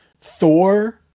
Thor